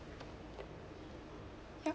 yup